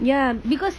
ya because